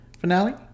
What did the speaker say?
finale